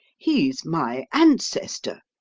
he's my ancestor,